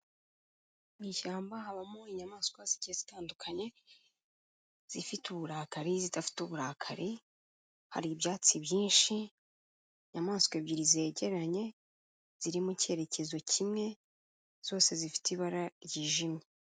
Mu ishyamba habamo inyamaswa zigiye zitandukanye, izifite uburakari, izidafite uburakari, hari ibyatsi byinshi, inyamaswa ebyiri zegeranye, ziri mu cyerekezo kimwe, zose zifite ibara ryijimye.